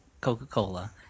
Coca-Cola